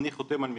אני חותם על מכתב,